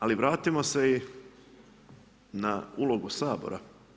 Ali vratimo se i na ulogu Sabora.